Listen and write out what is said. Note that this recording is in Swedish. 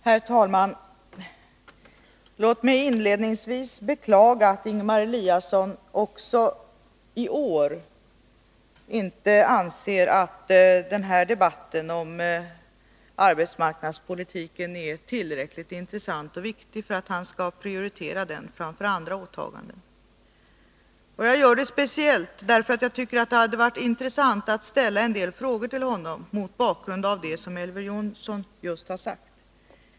Herr talman! Låt mig inledningsvis beklaga att Ingemar Eliasson inte heller i år anser att debatten om arbetsmarknadspolitiken är tillräckligt intressant och viktig för att han skall prioritera den framför andra åtaganden. Jag gör det speciellt därför att jag tycker att det hade varit intressant att ställa en del frågor till honom mot bakgrund av det som Elver Jonsson just har sagt.